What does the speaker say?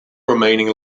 remaining